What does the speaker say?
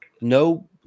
No